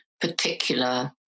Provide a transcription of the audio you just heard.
particular